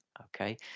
okay